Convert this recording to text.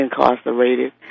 incarcerated